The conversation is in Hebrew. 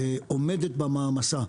עומדת במעמסה.